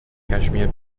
cashmere